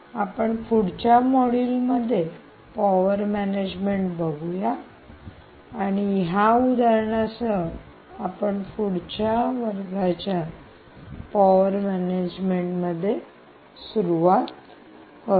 आपण पुढच्या मॉड्यूल मध्ये पॉवर मॅनेजमेंट बघूया आणि या उदाहरणासह आपण पुढच्या वर्गाच्या पॉवर मॅनेजमेंट पासून सुरुवात करूया